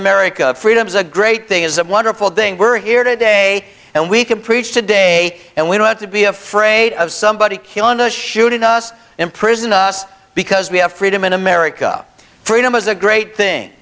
america freedom is a great thing is a wonderful thing we're here today and we can preach today and we don't have to be afraid of somebody killing to shooting us imprison us because we have freedom in america freedom is a great thing